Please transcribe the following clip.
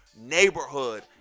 neighborhood